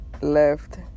Left